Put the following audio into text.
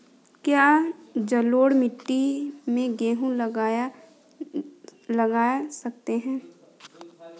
क्या जलोढ़ मिट्टी में गेहूँ लगा सकते हैं?